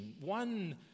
one